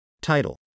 Title